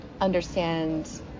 understand